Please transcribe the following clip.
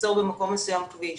ליצור במקום מסוים כביש,